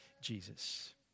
Jesus